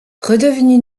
redevenu